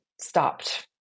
stopped